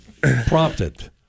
prompted